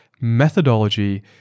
methodology